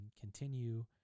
Continue